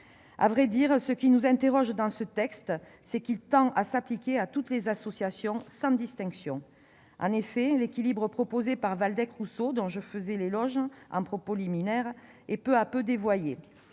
À vrai dire, ce qui nous interroge, dans ce texte, c'est qu'il tend à s'appliquer à toutes les associations, sans distinction. L'équilibre proposé par Waldeck-Rousseau, dont je faisais l'éloge au début de mon propos, est peu à peu dévoyé